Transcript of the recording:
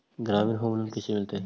ग्रामीण home loan कैसे मिलतै?